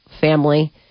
family